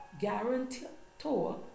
guarantor